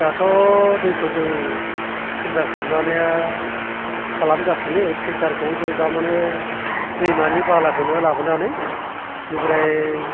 दाथ' दैखौ जों फिलटार खालामनाया खालामगासिनो फिलटारखौ जों दा माने दैमानि बालाखोनो लाबोनानै बिनिफ्राय